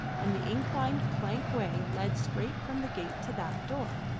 and the inclined plank-way led straight from the gate to that door.